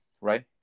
right